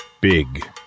Big